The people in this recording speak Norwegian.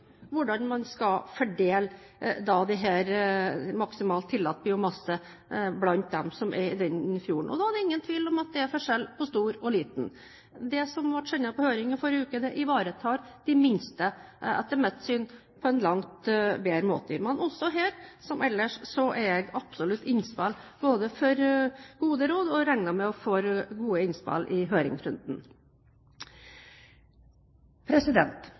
hvordan man skal fordele maksimalt tillatt biomasse blant dem som er i den fjorden. Da er det ingen tvil om at det er forskjell på stor og liten. Det som ble sendt på høring i forrige uke, ivaretar etter mitt syn de minste på en langt bedre måte. Men her som ellers er jeg absolutt åpen for innspill og gode råd, og jeg regner med å få gode innspill i høringsrunden.